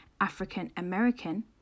African-American